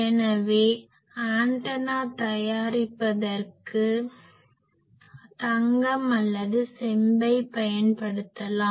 எனவே ஆண்டனா தயாரிப்பதற்கு தங்கம் அல்லது செம்பை பயன்படுத்தலாம்